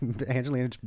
Angelina